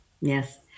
Yes